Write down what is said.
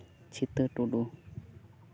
ᱥᱤᱛᱟᱹ ᱴᱩᱰᱩ